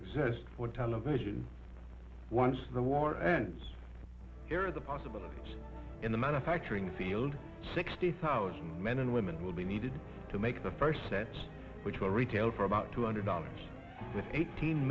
exist for television once the war ends here are the possibilities in the manufacturing field sixty thousand men and women will be needed to make the first sets which will retail for about two hundred dollars with eighteen